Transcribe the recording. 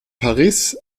paris